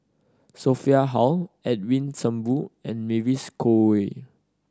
Sophia Hull Edwin Thumboo and Mavis Khoo Oei